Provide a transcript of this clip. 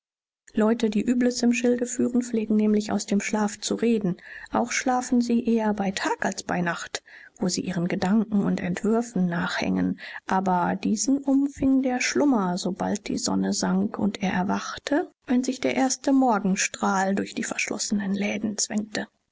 leute die übles im schild führen pflegen nämlich aus dem schlaf zu reden auch schlafen sie eher bei tag als bei nacht wo sie ihren gedanken und entwürfen nachhängen aber diesen umfing der schlummer sobald die sonne sank und er erwachte wenn sich der erste morgenstrahl durch die verschlossenen läden zwängte